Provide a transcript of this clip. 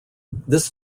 this